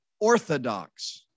Orthodox